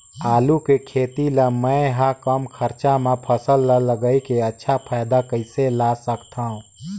आलू के खेती ला मै ह कम खरचा मा फसल ला लगई के अच्छा फायदा कइसे ला सकथव?